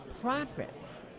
profits